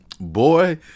Boy